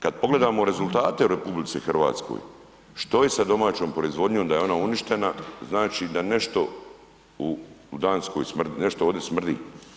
Kad pogledamo rezultate u RH, što je sa domaćom proizvodnjom da je ona uništena, znači da nešto u Danskoj smrdi, nešto ovde smrdi.